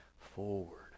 forward